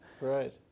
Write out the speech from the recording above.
Right